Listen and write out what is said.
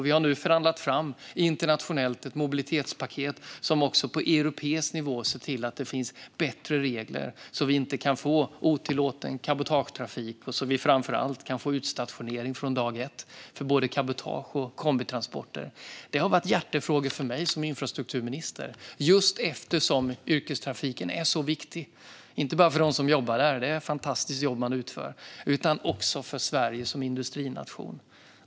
Vi har nu internationellt förhandlat fram ett mobilitetspaket som också på europeisk nivå gör att det finns bättre regler så att vi inte kan få otillåten cabotagetrafik och framför allt så att vi kan få utstationering från dag ett för både cabotage och kombitransporter. Det här har varit hjärtefrågor för mig som infrastrukturminister just eftersom yrkestrafiken är viktig inte bara för dem som jobbar - det är ett fantastiskt jobb de utför - utan också för Sverige som industrination.